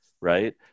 right